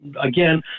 again